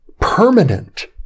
permanent